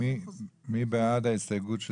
מי בעד ההסתייגות?